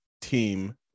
team